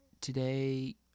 today